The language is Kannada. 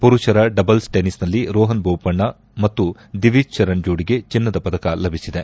ಪುರುಷರ ಡಬಲ್ಲ್ ಟೆನಿಸ್ನಲ್ಲಿ ರೋಪನ್ ಬೋಪಣ್ಣ ಮತ್ತು ದಿವಿಜ್ ಕರಣ್ ಜೋಡಿಗೆ ಚಿನ್ನದ ಪದಕ ಲಭಿಸಿದೆ